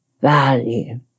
value